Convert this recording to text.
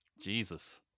jesus